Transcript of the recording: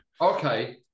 okay